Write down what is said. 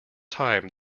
time